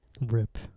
rip